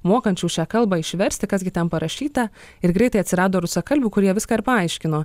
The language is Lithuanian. mokančių šią kalbą išversti kas gi ten parašyta ir greitai atsirado rusakalbių kurie viską ir paaiškino